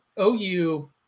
OU